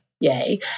Yay